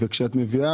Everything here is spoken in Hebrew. וכן,